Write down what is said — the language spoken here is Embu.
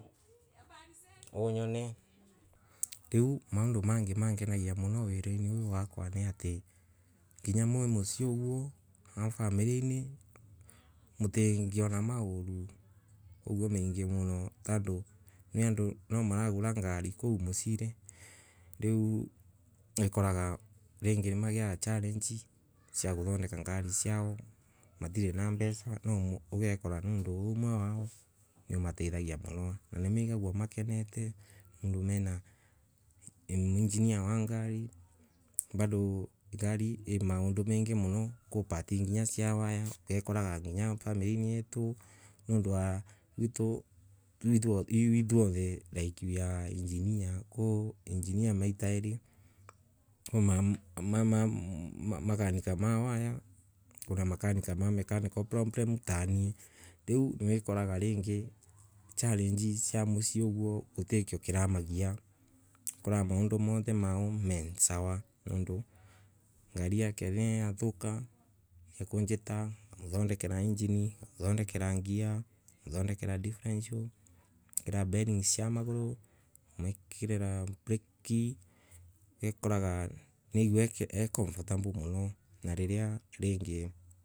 Maundu mengi nangenagia muno cuirari uyu wakwa ni ati nginya mwi musii kana family yaku ndingiona mathina uguo mengi muno tondu nginya andu nimaragura ngari na kou musiiri ringi nimagea challenge ya kuthondeka ngari na matire na mbesa na tondu cui umwe wa ao niuramatethia kuthondeka ngari icio na makegua makenete muno tondu mai na engineer wa ngari tondu ngari i maundu mengi muno i part nginya cia wire uga kora family yetu twi ta engineer twu twothe kwina makanika ma mechanical problem riuwikoraga challenge ya musi gutikia kina mathumbura, ugakora maundu monthe mai sawa ugakora ngari ya mundu ni ya thuka ukamuthodekera injini kana gear kana indo different different ana nginya bearing cia magura ukamwikirira breki ugakora araigua ai comfortable muno.